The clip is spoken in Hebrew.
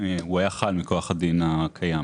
הוא היה חל מכוח הדין הקיים.